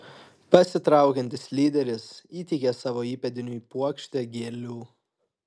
pasitraukiantis lyderis įteikė savo įpėdiniui puokštę gėlių